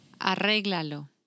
Arreglalo